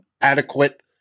adequate